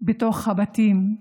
בתוך הבתים,